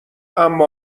اما